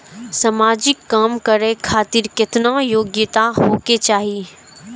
समाजिक काम करें खातिर केतना योग्यता होके चाही?